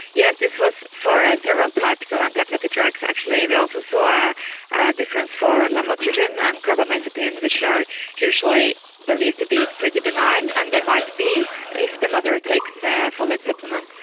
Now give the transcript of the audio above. yes, this was for several types of anti-epileptic drugs. actually we also saw a difference for lamotrigine and carbamazepine, which are usually believed to be pretty benign, and they might be if the mother takes yeah folate supplements.